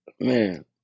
man